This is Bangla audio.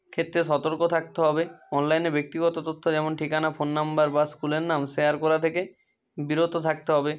ক্ষেত্রে সতর্ক থাকতে হবে অনলাইনে ব্যক্তিগত তথ্য যেমন ঠিকানা ফোন নাম্বার বা স্কুলের নাম শেয়ার করা থেকে বিরত থাকতে হবে